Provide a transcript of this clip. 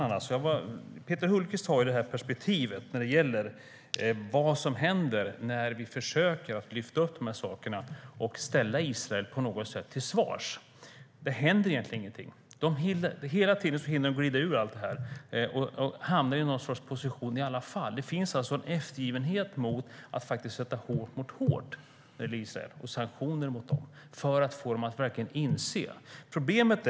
Peter Hultqvist har perspektivet när det gäller vad som händer när vi försöker lyfta upp de här sakerna och ställa Israel till svars. Det händer ingenting. De hinner hela tiden glida ur allt och hamna i någon sorts position i alla fall. Det finns en eftergivenhet när det gäller att sätta hårt mot hårt i fråga om Israel och sanktioner mot dem för att verkligen få dem att förstå.